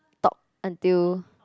talk until